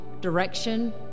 direction